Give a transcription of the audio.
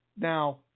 Now